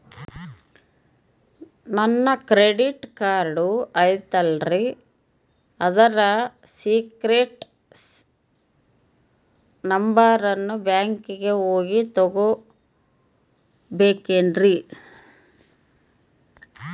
ನನ್ನ credit card ಐತಲ್ರೇ ಅದರ ಸೇಕ್ರೇಟ್ ನಂಬರನ್ನು ಬ್ಯಾಂಕಿಗೆ ಹೋಗಿ ತಗೋಬೇಕಿನ್ರಿ?